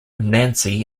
nancy